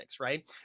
right